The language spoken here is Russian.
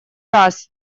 раз